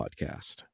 podcast